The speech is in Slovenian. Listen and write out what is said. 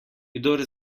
kdor